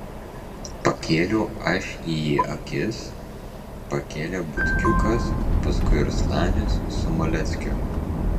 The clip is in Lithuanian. pakėliau aš į jį akis pakėlė butkiukas paskui ir slanius su maleckiu